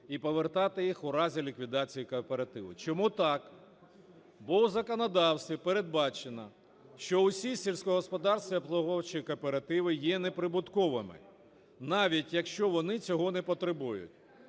і повертати їх у разі ліквідації кооперативу. Чому так? Бо в законодавстві передбачено, що усі сільськогосподарські обслуговуючі кооперативи є неприбутковими, навіть якщо вони цього не потребують,